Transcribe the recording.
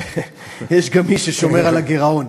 יש גם מי ששומר על הגירעון.